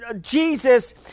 Jesus